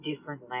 different